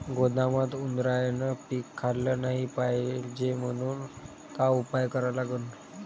गोदामात उंदरायनं पीक खाल्लं नाही पायजे म्हनून का उपाय करा लागन?